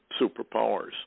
superpowers